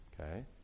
okay